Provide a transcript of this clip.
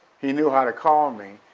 he knew how to call me,